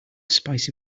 spicy